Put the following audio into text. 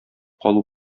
калу